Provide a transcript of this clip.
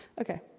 Okay